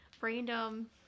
random